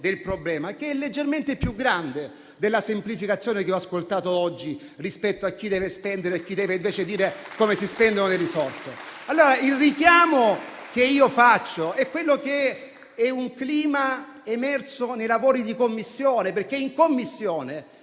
del problema che è leggermente più grande della semplificazione che ho ascoltato oggi, rispetto a chi deve spendere e chi deve invece dire come si spendono le risorse. Il richiamo che faccio è al clima emerso nei lavori di Commissione, perché in Commissione